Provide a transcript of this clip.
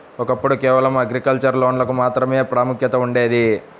ఒకప్పుడు కేవలం అగ్రికల్చర్ లోన్లకు మాత్రమే ప్రాముఖ్యత ఉండేది